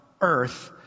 earth